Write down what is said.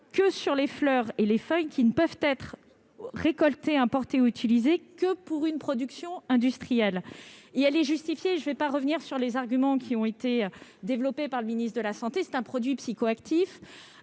que sur les fleurs et les feuilles, qui ne peuvent être récoltées, importées et utilisées que pour une production industrielle. Elle est justifiée et je ne reviendrai pas sur les arguments développés par le ministre de la santé. Le CBD est un produit psychoactif.